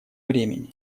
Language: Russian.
времени